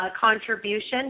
contribution